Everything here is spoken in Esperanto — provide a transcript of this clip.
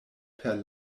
per